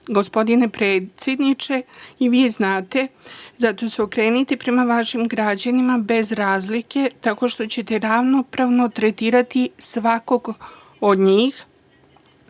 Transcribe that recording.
dela. Gospodine predsedniče, i vi znate, zato se okrenite prema vašim građanima, bez razlike, tako što ćete ravnopravno tretirati svakog od njih,